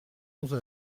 onze